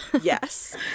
Yes